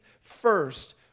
first